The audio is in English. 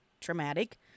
traumatic